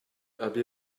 abbé